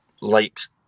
likes